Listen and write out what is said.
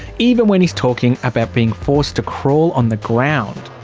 even when he's talking about being forced to crawl on the ground.